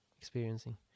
experiencing